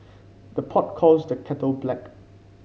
the pot calls the kettle black